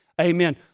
Amen